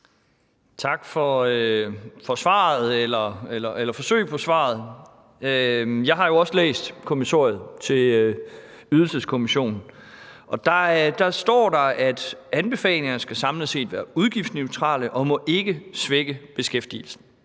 eller forsøget på at svare. Jeg har jo også læst kommissoriet til Ydelseskommissionen, og der står der, at anbefalingerne skal samlet set være udgiftsneutrale og må ikke svække beskæftigelsen.